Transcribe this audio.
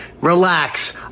Relax